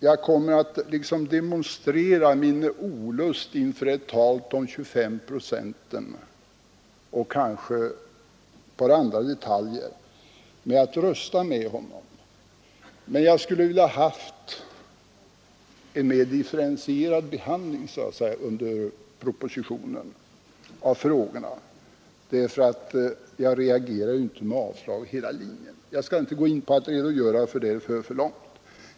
Jag kommer att demonstrera min olust inför talet om en ökning av riksdagsmännens löner med 25 procent och ett par andra detaljer med att rösta med honom. Jag skulle emellertid ha önskat en mer differentierad behandling av frågorna, därför att jag reagerar inte för avslag över hela linjen. Jag skall inte redogöra för detta, det skulle föra för långt.